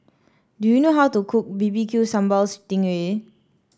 do you know how to cook bbq Sambal Sting Ray